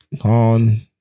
on